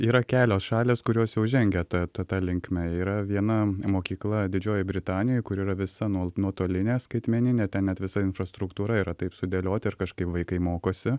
yra kelios šalys kurios jau žengia ta ta linkme yra viena mokykla didžiojoj britanijoj kur yra visa nuo nuotolinė skaitmeninė ten net visa infrastruktūra yra taip sudėlioti ir kažkaip vaikai mokosi